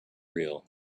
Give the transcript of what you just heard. real